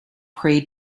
prey